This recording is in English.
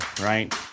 right